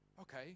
Okay